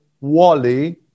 Wally